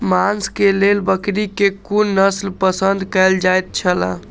मांस के लेल बकरी के कुन नस्ल पसंद कायल जायत छला?